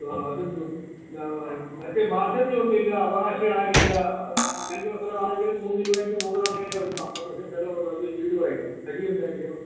ആ അതന്നെ മറ്റ് ബാധ്യത ഒന്നും ഇല്ല അവകാശികളാരുമില്ല നല്ല സ്ഥലമാണെങ്കിൽ മൂന്ന് രൂപയ്ക്ക് മുകളിലാണെങ്കിലും എടുക്കാം പത്ത് സെൻറ്റ് സ്ഥലവും ഒരു വലിയ വീടുമായിട്ട് വഴി ഉണ്ടായിരിക്കണം